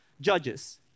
judges